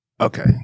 Okay